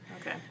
Okay